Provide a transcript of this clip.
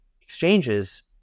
exchanges